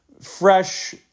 fresh